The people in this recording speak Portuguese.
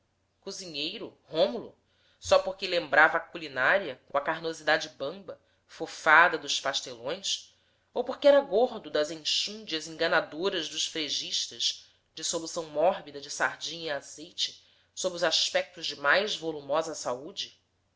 cozinheiro rômulo só porque lembrava a culinária com a carnosidade bamba fofada dos pastelões ou porque era gordo das enxúndias enganadoras dos fregistas dissolução mórbida de sardinha e azeite sob os aspectos de mais volumosa saúde